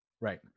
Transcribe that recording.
Right